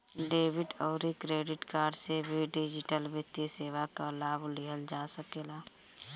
debit अउरी credit card से भी डिजिटल वित्तीय सेवा कअ लाभ लिहल जा सकेला